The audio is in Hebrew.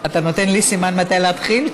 אתה נותן לי סימן מתי להתחיל?